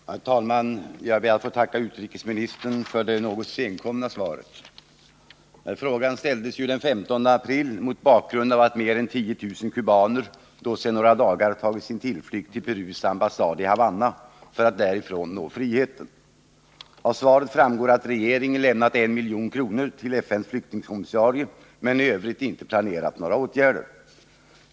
Herr talman! Jag ber att få tacka utrikesministern för det något senkomna svaret. Den här frågan ställdes ju den 15 april mot bakgrunden av att mer än 10 000 kubaner sedan några dagar hade tagit sin tillflykt till Perus ambassad i 63 åtgärder till kubaner vid den peruanska ambassaden i Havanna Havanna för att därifrån nå friheten. Av svaret framgår att regeringen lämnat 1 milj.kr. till FN:s flyktingkommissarie men i övrigt inte planerat några åtgärder.